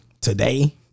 today